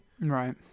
right